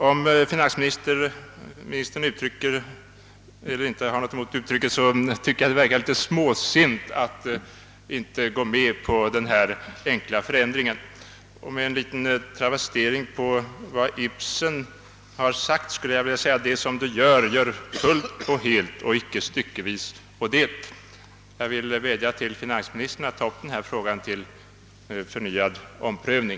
Om finansministern ursäktar uttrycket vill jag säga att jag tycker det verkar litet småsint att inte vilja gå med på denna enkla förändring. Och med en liten travestering på vad Ibsen skrivit vill jag säga: Det som du gör, gör fullt och helt och icke styckevis och delt! Jag vädjar till finansministern att ta upp denna fråga till förnyad prövning.